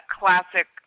classic